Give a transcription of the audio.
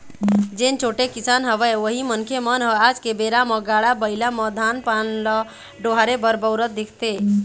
जेन छोटे किसान हवय उही मनखे मन ह आज के बेरा म गाड़ा बइला म धान पान ल डोहारे बर बउरत दिखथे